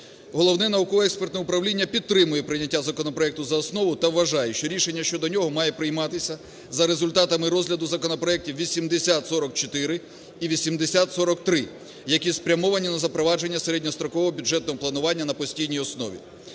Головне науково-експертне управління підтримує прийняття законопроекту за основу та вважає, що рішення щодо нього має прийматися за результатами розгляду законопроектів 8044 і 8043, які спрямовані на запровадження середньострокового бюджетного планування на постійній основі.